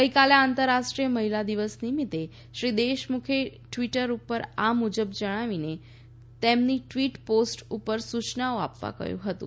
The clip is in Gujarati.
ગઈકાલે આંતરરાષ્ટ્રીય મહિલા દિવસ નિમિત્તે શ્રી દેશમુખે ટ્વીટર ઉપર આ મુજબ જણાવીને તેમની ટ્વીટર પોસ્ટ ઉપર સૂયનો આપવા કહ્યું હતું